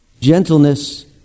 gentleness